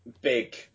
big